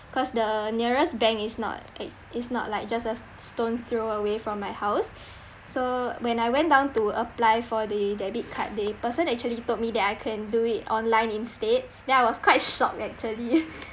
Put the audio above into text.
cause the nearest bank is not is not like just a stone's throw away from my house so when I went down to apply for the debit card the person actually told me that I can do it online instead then I was quite shocked actually